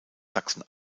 sachsen